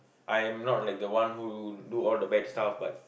I am not like the one who do all the bad stuff but